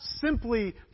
simply